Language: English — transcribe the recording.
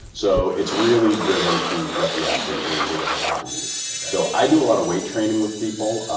so, it's really driven to what the athlete needs, or what the body needs. so, i do a lot of weight training with people.